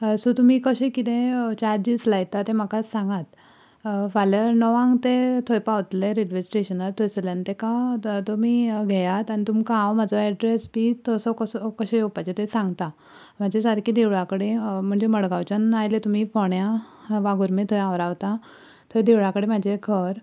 so तुमी कशें किदें चार्जीस लायतात तें म्हाका सांगात फाल्यां णवांक ते थंय पावतले रेल्वे स्टेशनार थंयसरल्यान तेका तुमी घेयात आनी तुमकां हांव म्हजो एड्रेस बी तसो कसो कशें येवपाचें तें सांगता म्हजें सारकें देवळां कडेन म्हणजे मडगांवच्यान आयले तुमी फोण्या वाघुर्म्या थंय हांव रावतां थंय देवळा कडेन म्हजें घर